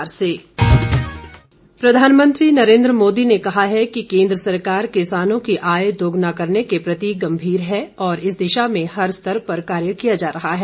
प्रधानमंत्री राज्यपाल प्रधानमंत्री नरेन्द्र मोदी ने कहा है कि केन्द्र सरकार किसानों की आय दोगुना करने के प्रति गंभीर है और इस दिशा में हर स्तर पर कार्य किया जा रहा है